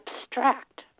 abstract